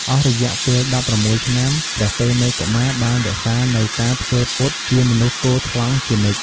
អស់រយៈពេល ១៦ ឆ្នាំ ព្រះតេមិយកុមារបានរក្សានូវការធ្វើពុតជាមនុស្សគថ្លង់ជានិច្ច។